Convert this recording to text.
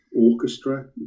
Orchestra